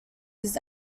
his